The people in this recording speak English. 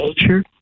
nature